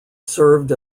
served